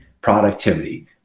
productivity